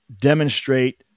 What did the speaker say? demonstrate